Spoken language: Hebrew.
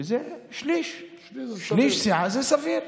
שזה שליש, שליש זה סביר.